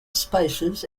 spices